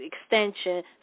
extension